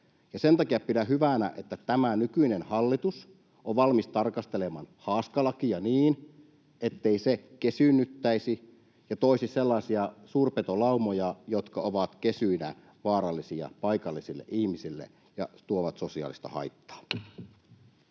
sen takia pidän hyvänä, että tämä nykyinen hallitus on valmis tarkastelemaan haaskalakia niin, ettei se kesyynnyttäisi ja toisi sellaisia suurpetolaumoja, jotka ovat kesyinä vaarallisia paikallisille ihmisille ja tuovat sosiaalista haittaa.